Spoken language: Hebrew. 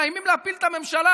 מאיימים להפיל את הממשלה.